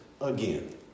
again